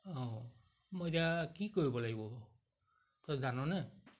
অঁ মই এতিয়া কি কৰিব লাগিব তই জাননে